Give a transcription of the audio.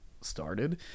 started